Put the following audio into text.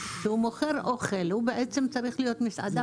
שמוכר אוכל הוא בעצם צריך להיות מסעדה,